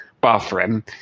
bathroom